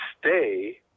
stay